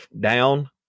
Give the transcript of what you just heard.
down